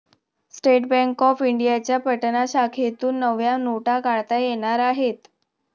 state bank of इंडियाच्या पटना शाखेतून नव्या नोटा काढता येणार आहेत